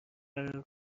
فرار